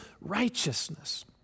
righteousness